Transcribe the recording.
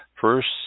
First